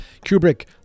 Kubrick